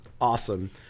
Awesome